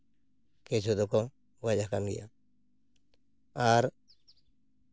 ᱠᱤᱪᱷᱩ ᱫᱚᱠᱚ ᱜᱚᱡ ᱟᱠᱟᱱ ᱜᱮᱭᱟ ᱟᱨ